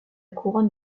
couronne